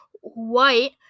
White